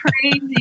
crazy